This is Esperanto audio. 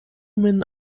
min